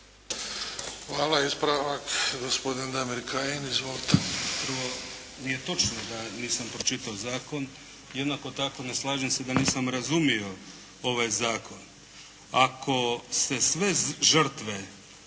Hvala. Ispravak gospodin Damir Kajin. Izvolite.